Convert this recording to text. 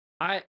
I-